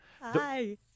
Hi